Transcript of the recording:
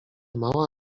mała